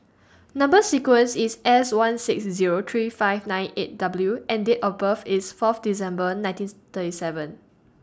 Number sequence IS S one six Zero three five nine eight W and Date of birth IS Fourth December nineteen thirty seven